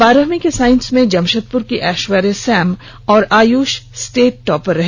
बारहवीं के साइंस में जमशेदपुर की ऐश्वर्या सैम और आयुष स्टेट टॉपर रहे